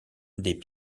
des